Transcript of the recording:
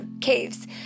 Caves